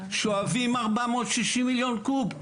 שואבים 460 מיליון קוב.